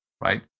right